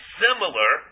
similar